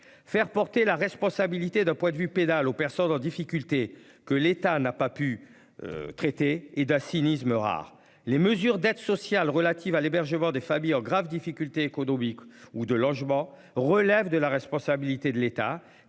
Faire porter la responsabilité d'un point de vue pédale aux personnes en difficulté. Que l'État n'a pas pu. Traiter et d'un cynisme rare les mesures d'aides sociales relatives à l'hébergement des familles en graves difficultés économiques ou de logement relève de la responsabilité de l'État